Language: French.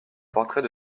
portrait